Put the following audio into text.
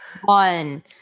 One